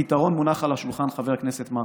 הפתרון מונח על השולחן, חבר הכנסת מרגי.